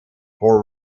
for